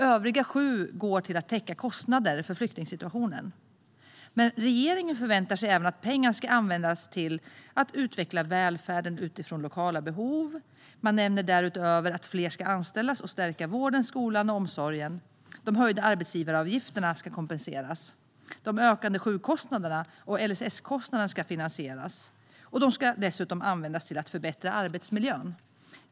Övriga 7 miljarder går till att täcka kostnader för flyktingsituationen. Men regeringen förväntar sig att pengarna även ska användas till att utveckla välfärden utifrån lokala behov. Man nämner därutöver att fler ska anställas och stärka vården, skolan och omsorgen. De höjda arbetsgivaravgifterna ska kompenseras. De ökande sjukkostnaderna och LSS-kostnaderna ska finansieras. Pengarna ska dessutom användas till att förbättra arbetsmiljön.